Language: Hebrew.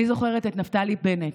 אני זוכרת את נפתלי בנט,